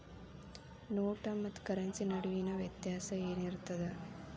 ನೋಟ ಮತ್ತ ಕರೆನ್ಸಿ ನಡುವಿನ ವ್ಯತ್ಯಾಸ ಏನಿರ್ತದ?